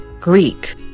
Greek